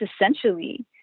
essentially